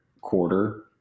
quarter